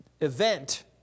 event